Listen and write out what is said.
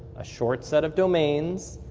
a short set of domains,